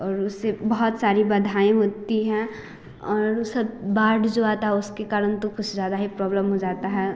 और उससे बहुत सारी बाधाएँ होती हैं और बाढ़ जो आता है उसके कारण तो कुछ ज़्यादा ही प्रॉब्लम हो जाता है